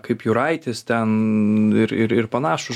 kaip juraitis ten ir ir ir panašūs